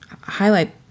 highlight